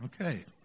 Okay